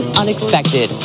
unexpected